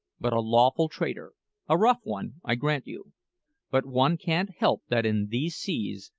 but a lawful trader a rough one, i grant you but one can't help that in these seas,